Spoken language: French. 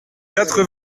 quatre